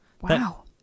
Wow